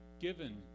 given